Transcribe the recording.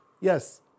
Yes